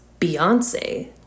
Beyonce